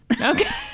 Okay